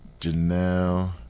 Janelle